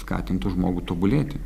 skatintų žmogų tobulėti